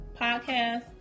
podcast